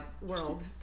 world